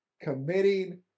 committing